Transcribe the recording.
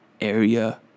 area